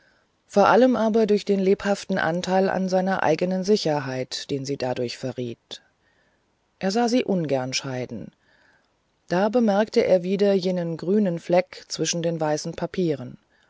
vor allem aber durch den lebhaften anteil an seiner eigenen sicherheit den sie dadurch verriet er sah sie ungern scheiden da bemerkte er wieder jenen grünen fleck zwischen den weißen papieren